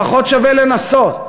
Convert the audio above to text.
לפחות שווה לנסות.